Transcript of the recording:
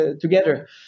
together